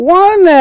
one